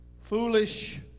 Foolish